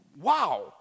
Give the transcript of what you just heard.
wow